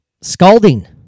Scalding